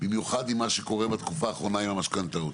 במיוחד עם מה שקורה בתקופה האחרונה עם המשכנתאות.